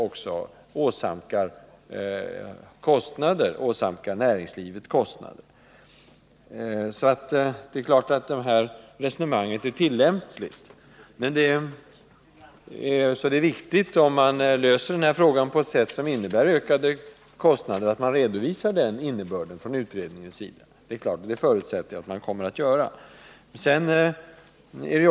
Därmed åsamkas också näringslivet kostnader. Det är alltså klart att resonemanget i de nya direktiven är tillämpligt. Därför är det viktigt att utredningen, om man löser den här frågan på ett sätt som innebär en ökning av kostnaderna, redovisar dessa kostnader. Det förutsätter jag att den kommer att göra.